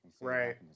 right